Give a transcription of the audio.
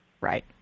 Right